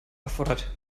erfordert